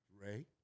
Ray